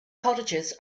cottages